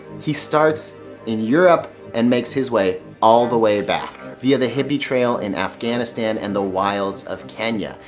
he starts in europe and makes his way all the way back via the hippy trail in afghanistan and the wilds of kenya.